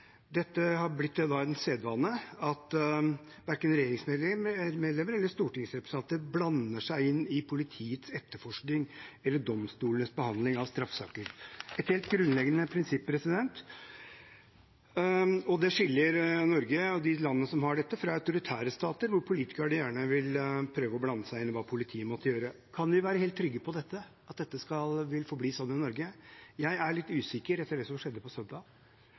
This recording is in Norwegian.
dette, fra autoritære stater, hvor politikerne gjerne vil prøve å blande seg inn i hva politiet måtte gjøre. Kan vi være helt trygge på at dette vil forbli sånn i Norge? Jeg er litt usikker etter det som skjedde på søndag.